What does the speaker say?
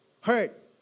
hurt